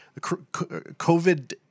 COVID